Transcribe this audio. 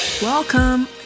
Welcome